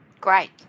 Great